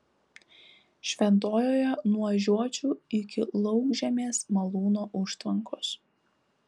šventojoje nuo žiočių iki laukžemės malūno užtvankos